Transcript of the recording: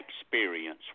experience